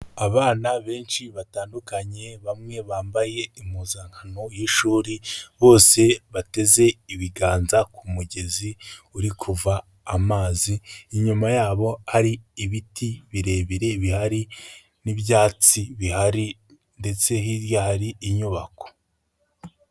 Abana benshi batandukanye bamwe bambaye impuzankano y'ishuri, bose bateze ibiganza ku mugezi uri kuva amazi, inyuma yabo hari ibiti birebire bihari n'ibyatsi bihari ndetse hirya hari inyubako.